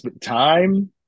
time